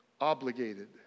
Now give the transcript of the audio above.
obligated